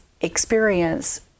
experience